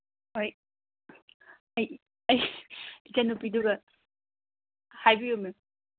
ꯍꯣꯏ ꯑꯩ ꯏꯆꯟꯅꯨꯄꯤꯗꯨꯒ ꯍꯥꯏꯕꯤꯌꯨ ꯃꯦꯝ